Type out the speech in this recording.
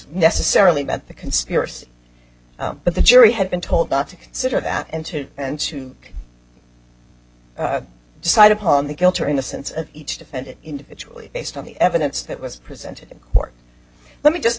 necessarily about the conspiracy but the jury had been told not to consider that in two two and decide upon the guilt or innocence of each defendant individually based on the evidence that was presented in court let me just